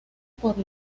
por